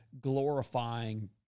glorifying